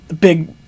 big